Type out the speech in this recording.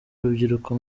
urubyiruko